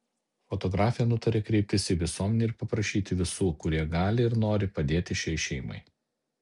fotografė nutarė kreiptis į visuomenę ir paprašyti visų kurie gali ir nori padėti šiai šeimai